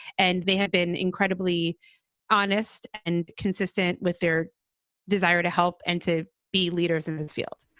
and they had been incredibly honest and consistent with their desire to help and to be leaders in this field.